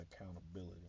accountability